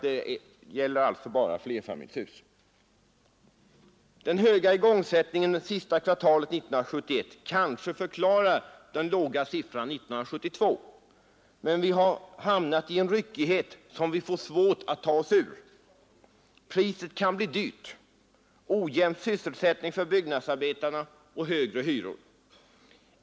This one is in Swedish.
Den höga igångsättningen det sista kvartalet 1971 kanske kan förklara den låga siffran 1972, men vi har hamnat i en ryckighet som det är svårt att ta sig ur. Priset kan bli dyrt: ojämn sysselsättning för byggnadsarbetarna och högre hyror.